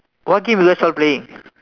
what games you guys all playing